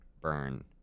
burn